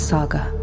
Saga